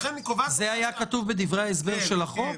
זה היה כתוב בדברי ההסבר של החוק,